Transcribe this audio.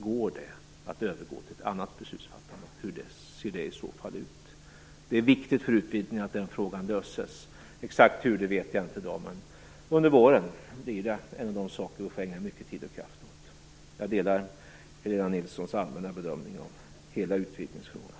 Går det att övergå till ett annat beslutsfattande, och hur ser det i så fall ut? Det är viktigt för utvidgningen att den frågan löses. Exakt hur vet jag inte i dag, men under våren blir det en av de saker vi får ägna mycket tid och kraft åt. Jag delar Helena Nilssons allmänna bedömning av hela utvidgningsfrågan.